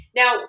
now